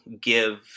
give